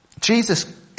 Jesus